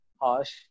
harsh